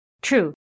True